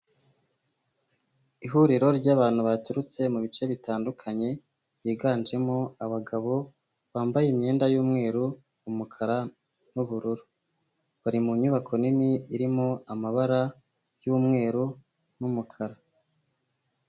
Ihuriro ry'abantu baturutse mu bice bitandukanye, biganjemo abagabo bambaye imyenda y'umweru, umukara n'ubururu, bari mu nyubako nini irimo amabara y'umweru n'umukara.